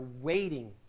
waiting